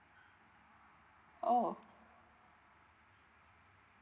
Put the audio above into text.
oh